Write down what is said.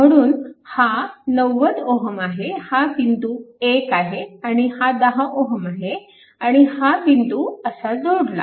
म्हणून हा 90 Ω आहे हा बिंदू 1 आहे आणि हा 10 Ω आहे आणि हा बिंदू असा जोडला